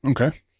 Okay